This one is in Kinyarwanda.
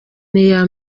iya